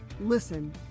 Listen